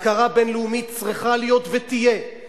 הכרה בין-לאומית צריכה להיות ותהיה.